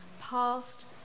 past